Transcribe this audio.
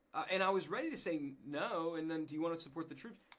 and i was ready to say no and then do you wanna support the troops,